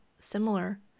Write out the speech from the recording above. Similar